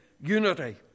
unity